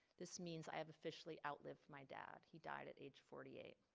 this means i have officially outlive my dad. he died at age forty eight.